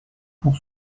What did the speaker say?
pour